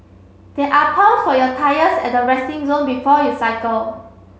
there are pumps for your tyres at the resting zone before you cycle